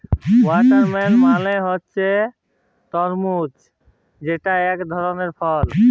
watermelon মালে হছে তরমুজ যেট ইক ধরলের ফল